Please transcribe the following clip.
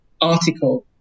article